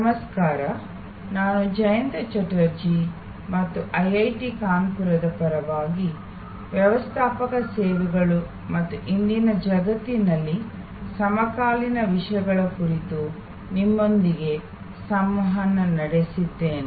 ನಮಸ್ಕಾರ ನಾನು ಜಯಂತ ಚಟರ್ಜಿ ಮತ್ತು ಐಐಟಿ ಕಾನ್ಪುರದ ಪರವಾಗಿ ವ್ಯವಸ್ಥಾಪಕ ಸೇವೆಗಳು ಮತ್ತು ಇಂದಿನ ಜಗತ್ತಿನಲ್ಲಿ ಸಮಕಾಲೀನ ವಿಷಯಗಳ ಕುರಿತು ನಿಮ್ಮೊಂದಿಗೆ ಸಂವಹನ ನಡೆಸುತ್ತಿದ್ದೇನೆ